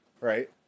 right